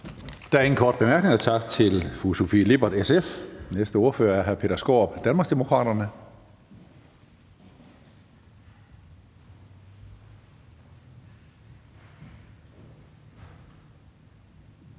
Der er ingen korte bemærkninger, så tak til fru Sofie Lippert, SF. Næste ordfører er hr. Peter Skaarup, Danmarksdemokraterne.